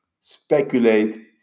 speculate